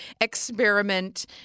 experiment